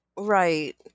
Right